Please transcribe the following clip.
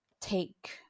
take